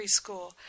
preschool